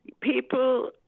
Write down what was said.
People